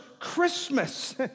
Christmas